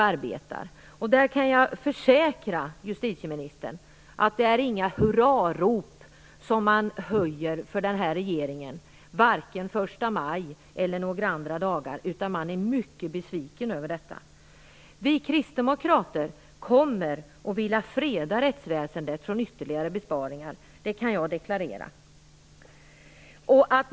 Jag kan försäkra justitieministern om att det inte är några hurrarop som man där höjer för regeringen, vare sig på första maj eller några andra dagar, utan man är mycket besviken över detta. Vi kristdemokrater vill freda rättsväsendet från ytterligare besparingar, kan jag deklarera.